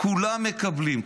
כולם מקבלים.